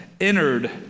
entered